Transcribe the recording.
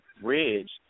bridge